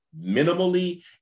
minimally